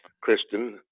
Kristen